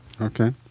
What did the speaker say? Okay